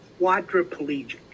quadriplegic